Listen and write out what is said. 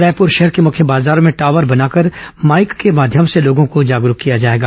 रायपुर शहर के मुख्य बाजारों में टॉवर बनाकर माईक के माध्यम से लोगों को जागरूक किया जाएगा